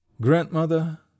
Grandmother